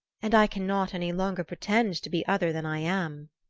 and i cannot any longer pretend to be other than i am.